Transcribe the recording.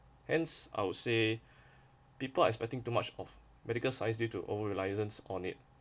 hence I would say people are expecting too much of medical science due to over reliance on it